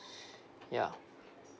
yeah